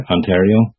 Ontario